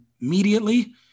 immediately